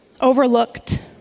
overlooked